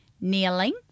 kneeling